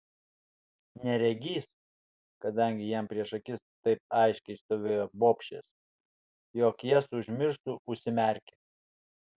neregys kadangi jam prieš akis taip aiškiai stovėjo bobšės jog jas užmirštų užsimerkė